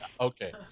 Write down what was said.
Okay